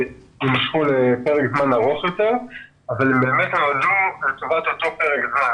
יימשכו לפרק זמן ארוך יותר אבל לטובת אותו פרק זמן.